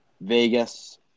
Vegas